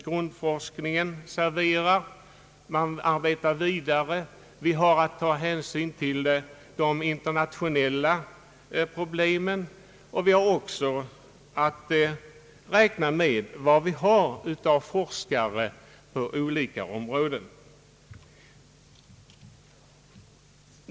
Grundforskningen serverar material som det sedan får arbetas vidare på. Vi har att ta hänsyn till de internationella förhållandena, och vi har också att räkna med tillgången på forskare på olika områden.